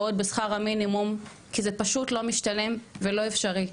בשכר המינימום כי זה פשוט לא משתלם ולא אפשרי.